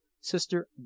Sister